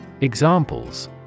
Examples